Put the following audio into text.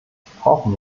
brauchen